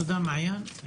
תודה, מעיין.